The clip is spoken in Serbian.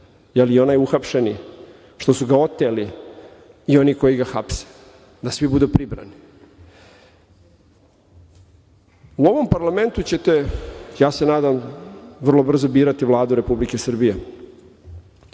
i onaj uhapšeni što su ga oteli i oni koji ga hapse, da svi budu pribrani.U ovom parlamentu ćete, ja se nadam, vrlo brzo birati Vladu Republike Srbije.